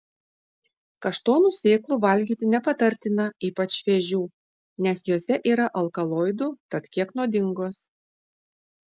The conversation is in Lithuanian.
kaštonų sėklų valgyti nepatartina ypač šviežių nes jose yra alkaloidų tad kiek nuodingos